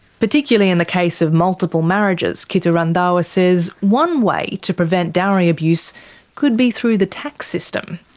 particularly in the case of multiple marriages, kittu randhawa says one way to prevent dowry abuse could be through the tax system.